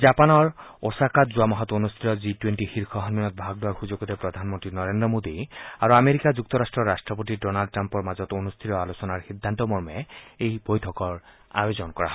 জাপানৰ ওছাকাত যোৱা মাহত অনুষ্ঠিত জি টুৱেণ্টি শীৰ্ষ সন্মিলনত ভাগ লোৱাৰ সুযোগতে প্ৰধানমন্তী নৰেন্দ্ৰ মোদী আৰু আমেৰিকা যুক্তৰাট্টৰ ৰাট্টপতি ডনাল্ড ট্ৰাম্পৰ মাজত অনুষ্ঠিত আলোচনাৰ সিদ্ধান্ত মৰ্মে এই বৈঠকৰ আয়োজন কৰা হয়